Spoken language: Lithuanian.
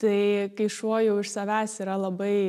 tai kai šuo jau iš savęs yra labai